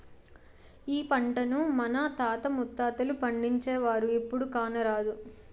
ఈ పంటను మన తాత ముత్తాతలు పండించేవారు, ఇప్పుడు కానరాదు